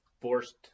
forced